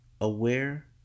aware